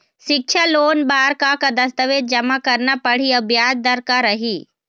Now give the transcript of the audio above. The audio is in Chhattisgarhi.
सिक्छा लोन बार का का दस्तावेज जमा करना पढ़ही अउ ब्याज दर का रही?